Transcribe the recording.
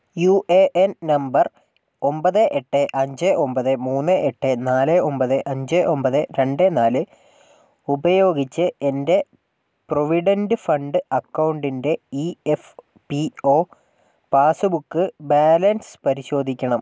U A N number ഒമ്പത് എട്ട് അഞ്ച് ഒമ്പത് മൂന്ന് എട്ട് നാല് ഒമ്പത് അഞ്ച് ഒമ്പത് രണ്ട് നാല് ഉപയോഗിച്ച് എൻ്റെ പ്രൊവിഡന്റ് ഫണ്ട് അക്കൗണ്ടിൻ്റെ E F P O passbook balance പരിശോധിക്കണം